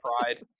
pride